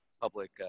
public